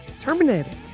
terminated